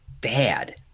bad